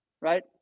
right